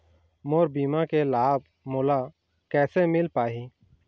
मोर बीमा के लाभ मोला कैसे मिल पाही?